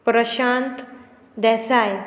Prashant Desai